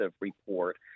report